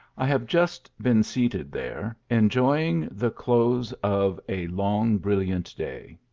i have just been seated there, enjoying the close of a long brilliant day.